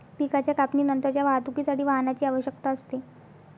पिकाच्या कापणीनंतरच्या वाहतुकीसाठी वाहनाची आवश्यकता असते